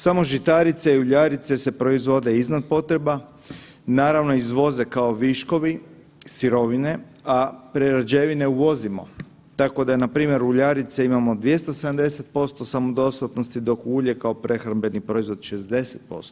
Samo žitarice i uljarice se proizvode iznad potreba, naravno izvoze kao viškovi, sirovine, a prerađevine uvozimo tako da npr. uljarice imamo 270% samodostatnosti dok ulje kao prehrambeni proizvod 60%